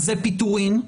אלה פיטורים.